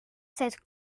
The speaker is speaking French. cette